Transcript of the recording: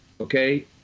okay